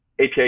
API